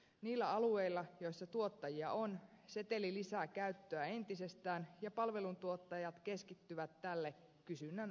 niillä alueilla joilla tuottajia on seteli lisää käyttöä entisestään ja palveluntuottajat keskittyvät tälle kysynnän alueelle